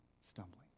stumbling